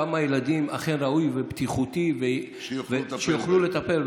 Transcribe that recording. בכמה ילדים אכן ראוי ובטיחותי שהן יוכלו לטפל.